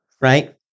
right